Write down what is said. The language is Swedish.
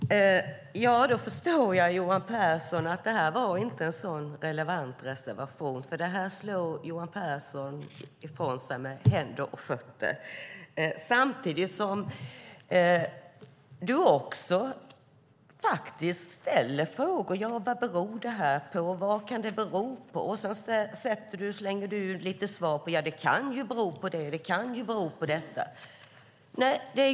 Herr talman! Då förstår jag att det här inte var en sådan relevant reservation. Det här slår Johan Pehrson ifrån sig med händer och fötter. Samtidigt ställer han frågan: Vad kan det här bero det på? Sedan slänger han ut lite svar. Det kan bero på det ena och det kan bero på det andra.